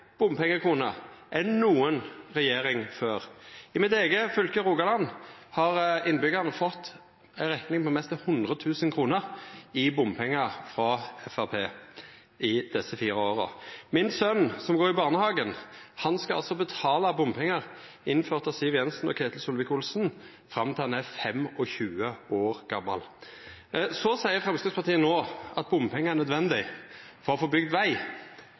bompengkroner enn nokon regjering før. I mitt eige fylke, Rogaland, har innbyggjarane fått ei rekning på nesten 100 000 kr i bompengar frå Framstegspartiet i desse fire åra. Sonen min, som går i barnehagen, skal altså betala bompengar, innførte av Siv Jensen og Ketil Solvik-Olsen, fram til han er 25 år gammal. Så seier Framstegspartiet no at bompengar er nødvendige for å få bygd veg.